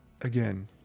again